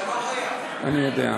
אני יודע.